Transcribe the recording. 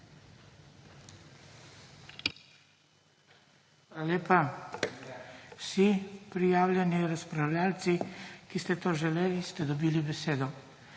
lepa. Vsi prijavljeni razpravljavci, ki ste to želeli, ste dobili besedo.